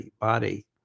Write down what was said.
body